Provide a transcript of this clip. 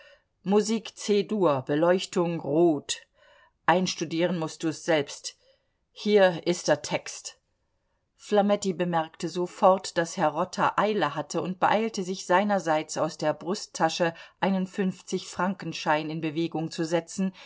musik c dur beleuchtung rot einstudieren mußt du's selbst hier ist der text flametti bemerkte sofort daß herr rotter eile hatte und beeilte sich seinerseits aus der brusttasche einen fünfzigfrankenschein in bewegung zu setzen